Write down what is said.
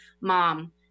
mom